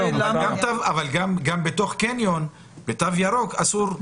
עם תו ירוק, אסור לשבת.